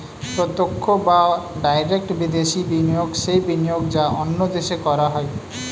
প্রত্যক্ষ বা ডাইরেক্ট বিদেশি বিনিয়োগ সেই বিনিয়োগ যা অন্য দেশে করা হয়